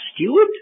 steward